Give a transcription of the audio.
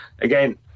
again